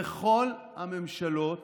בכל הממשלות